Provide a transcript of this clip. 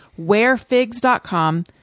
wearfigs.com